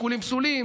שיקולים פסולים,